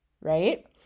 right